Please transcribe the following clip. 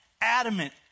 adamant